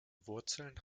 wurzeln